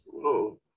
no